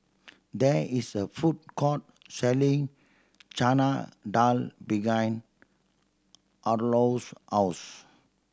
there is a food court selling Chana Dal behind Harlow's house